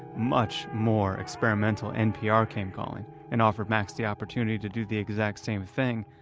much more experimental npr came calling and offered max the opportunity to do the exact same thing,